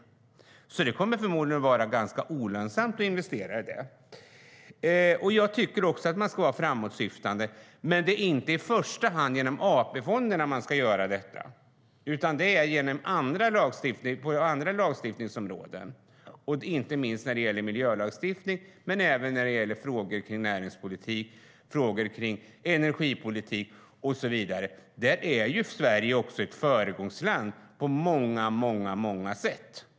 Det kommer alltså förmodligen att vara ganska olönsamt att investera i det. Jag tycker också att man ska vara framåtsyftande, men inte i första hand genom AP-fonderna utan på andra lagstiftningsområden - inte minst i miljölagstiftningen men också i frågor om näringspolitik, energipolitik och så vidare. Där är Sverige också ett föregångsland på många sätt.